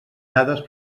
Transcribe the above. dades